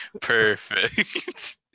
perfect